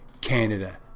Canada